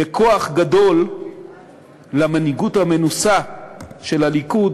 וכוח גדול למנהיגות המנוסה של הליכוד